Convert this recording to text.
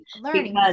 Learning